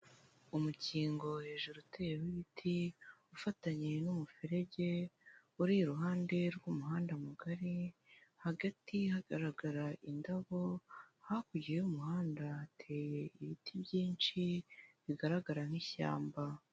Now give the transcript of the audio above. Umukingo hejuru uteyeho ibiti ufatanyije n'umuferege, uri iruhande rw'umuhanda mugari, hagati hagaragara indabo, hakurya y'umuhanda hateye ibiti byinshi bigaragara nk'ishyamba.